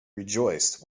rejoiced